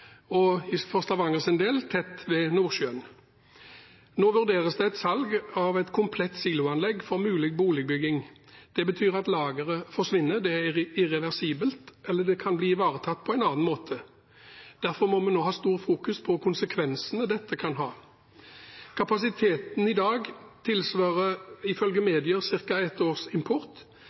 del, tett ved Nordsjøen. Nå vurderes det et salg av et komplett siloanlegg for mulig boligbygging. Det betyr at lageret forsvinner, det er irreversibelt, eller det kan bli ivaretatt på en annen måte. Derfor må vi nå ha stort fokus på konsekvensene dette kan ha. Kapasiteten i dag tilsvarer ifølge medier ca. ett års import.